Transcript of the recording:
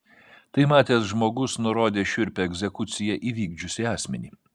tai matęs žmogus nurodė šiurpią egzekuciją įvykdžiusį asmenį